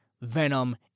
Venom